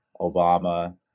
Obama